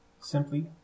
Simply